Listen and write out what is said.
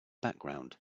background